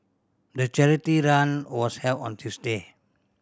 the charity run was held on Tuesday